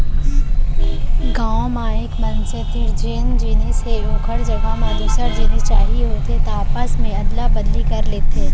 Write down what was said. गाँव म एक मनसे तीर जेन जिनिस हे ओखर जघा म दूसर जिनिस चाही होथे त आपस मे अदला बदली कर लेथे